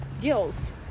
gills